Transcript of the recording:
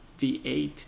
V8